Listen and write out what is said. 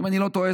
אם אני לא טועה,